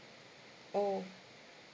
oh